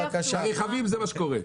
ברכבים, זה מה שקורה.